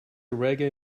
reggae